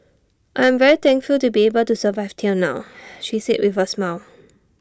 I am very thankful to be able to survive till now she said with A smile